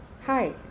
Hi